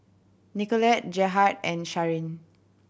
Nicolette Gerhard and Sharen